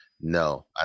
No